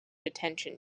attention